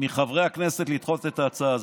מחברי הכנסת לדחות את ההצעה הזאת.